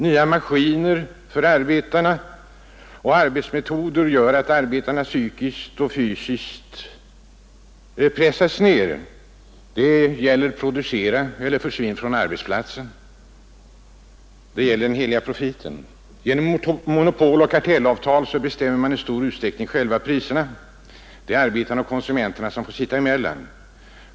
Nya maskiner och arbetsmetoder gör att arbetarna psykiskt och fysiskt pressas ner. Producera eller försvinn från arbetsplatsen — det gäller den heliga profiten. Genom monopol och kartellavtal bestämmer man i stor utsträckning själv varupriserna. Det är arbetarna och konsumenterna som får sitta emellan.